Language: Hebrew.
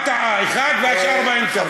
אחד, והשאר באמצע.